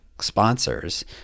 sponsors